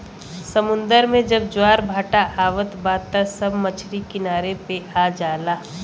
समुंदर में जब ज्वार भाटा आवत बा त सब मछरी किनारे पे आ जाला